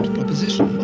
proposition